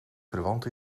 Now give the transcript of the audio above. verwant